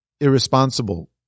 irresponsible